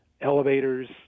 elevators